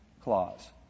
clause